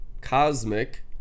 cosmic